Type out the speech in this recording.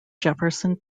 jefferson